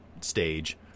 stage